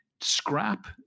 scrap